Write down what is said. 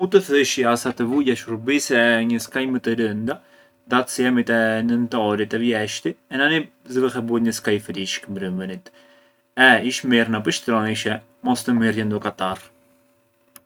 U të thëshja sa të vuje shurbise një skaj më të rënda, dat’se jemi te Nëntori, te Vjeshti e nani zë fill e bunë një skaj frishk mbrënvenit, e ish mirë na pështronishe, mos të mirrje ndo katarrë.